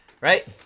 Right